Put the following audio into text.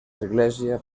església